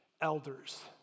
elders